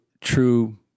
true